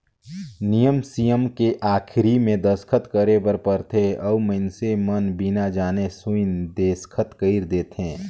नियम सियम के आखरी मे दस्खत करे बर परथे अउ मइनसे मन बिना जाने सुन देसखत कइर देंथे